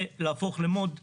ולהפוך למוד אחר.